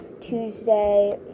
Tuesday